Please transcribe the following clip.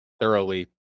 thoroughly